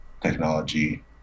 technology